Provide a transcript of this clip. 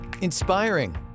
Inspiring